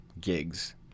gigs